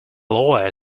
lawyer